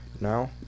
Now